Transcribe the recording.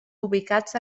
ubicats